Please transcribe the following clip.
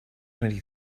twenty